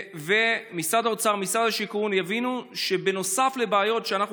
ומשרד האוצר ומשרד השיכון יבינו שנוסף לבעיות שאנחנו